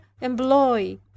employ